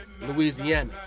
Louisiana